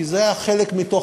כי זה היה חלק מהתהליך,